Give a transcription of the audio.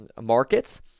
markets